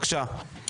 אבל